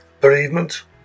bereavement